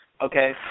Okay